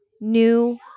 new